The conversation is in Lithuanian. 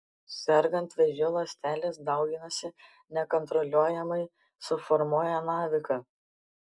sergant vėžiu ląstelės dauginasi nekontroliuojamai suformuoja naviką